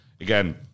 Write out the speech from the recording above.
again